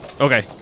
Okay